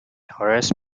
horace